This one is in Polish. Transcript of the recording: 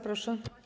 Proszę.